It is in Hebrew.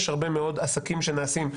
יש הרבה מאוד עסקים שנעשים.